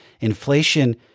inflation